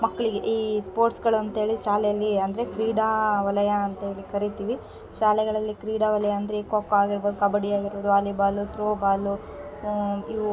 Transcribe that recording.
ಮಕ್ಕಳಿಗೆ ಈ ಸ್ಪೋರ್ಟ್ಸ್ಗಳು ಅಂತ್ಹೇಳಿ ಶಾಲೇಲಿ ಅಂದರೆ ಕ್ರೀಡಾವಲಯ ಅಂತ್ಹೇಳಿ ಕರಿತೀವಿ ಶಾಲೆಗಳಲ್ಲಿ ಈ ಕ್ರೀಡಾ ವಲಯ ಅಂದರೆ ಕೊ ಕೊ ಆಗಿರ್ಬೌದು ಕಬ್ಬಡಿ ಆಗಿರ್ಬೌದು ವಾಲಿಬಾಲು ತ್ರೋಬಾಲು ಇವು